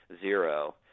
zero